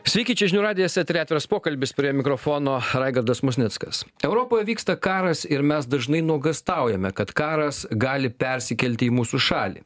sveiki čia žinių radijas etery atviras pokalbis prie mikrofono raigardas musnickas europoje vyksta karas ir mes dažnai nuogąstaujame kad karas gali persikelti į mūsų šalį